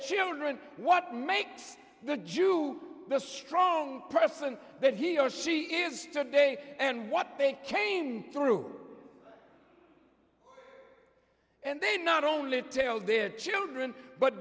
children what makes the jew the strong person that he or she is today and what they came through and they not only tell their children but